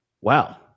Wow